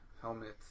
helmets